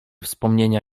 wspomnienia